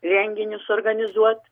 renginius organizuot